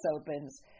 Opens